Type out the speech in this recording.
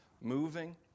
moving